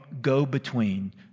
go-between